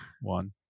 one